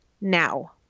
now